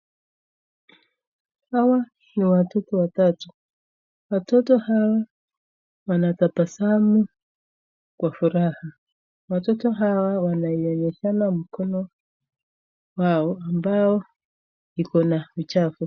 Hawa ni watoto watatu watoto hawa wanatabasamu kwa furaha ,watoto hawa wanaonyeshana mkono wao ambayo iko na uchafu.